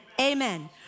Amen